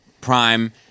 Prime